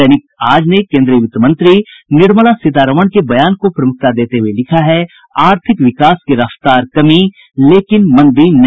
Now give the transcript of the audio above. दैनिक आज ने केन्द्रीय वित्त मंत्री निर्मला सीतारमण के बयान को प्रमुखता देते हुये लिखा है आर्थिक विकास की रफ्तार कमी लेकिन मंदी नहीं